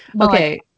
okay